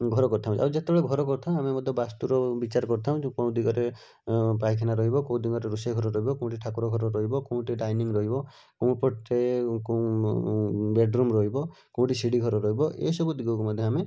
ଘର କରିଥାଉ ଆଉ ଯେତେବେଳେ ଘର କରିଥାଉ ଆମେ ମଧ୍ୟ ବାସ୍ତୁର ବିଚାର କରିଥାଉ ଯୋଉ କୋଉ ଦିଗରେ ପାଇଖାନା ରହିବ କୋଉ ଦିଗରେ ରୋଷେଇ ଘର ରହିବ କୋଉଠି ଠାକୁର ଘର ରହିବ କେଉଁଠି ଡାଇନିଙ୍ଗ୍ ରହିବ କେଉଁପଟେ ବେଡ଼୍ରୁମ୍ ରହିବ କେଉଁଠି ସିଢ଼ି ଘର ରହିବ ଏସବୁ ଦିଗକୁ ମଧ୍ୟ ଆମେ